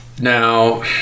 now